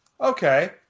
Okay